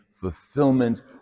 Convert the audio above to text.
fulfillment